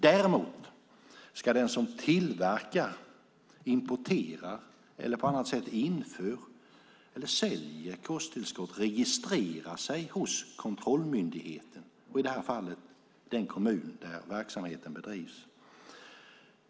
Däremot ska den som tillverkar, importerar eller på annat sätt inför eller säljer kosttillskott registrera sig hos kontrollmyndigheten, i det här fallet den kommun där verksamheten bedrivs.